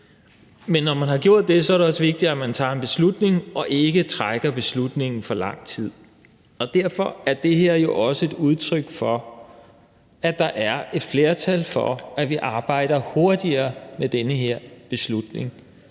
men når man har gjort det, er det også vigtigt, at man tager en beslutning og ikke trækker beslutningen for lang tid. Derfor er det her jo også et udtryk for, at der er et flertal for, at vi arbejder hurtigere med den her beslutning,